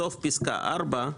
בסוף פסקה (4)